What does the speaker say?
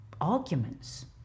arguments